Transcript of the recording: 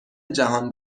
جهان